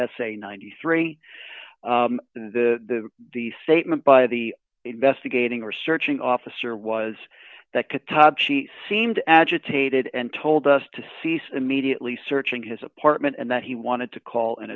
essay ninety three dollars the the statement by the investigating researching officer was that khatab she seemed agitated and told us to cease immediately searching his apartment and that he wanted to call an